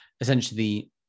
essentially